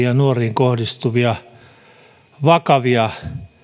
ja nuoriin kohdistuvia vakavia